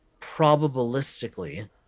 probabilistically